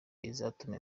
izatuma